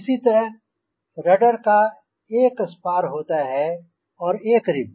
इसी तरल रडर का एक स्पार होता है और एक रिब